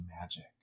magic